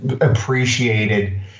appreciated